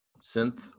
synth